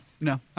No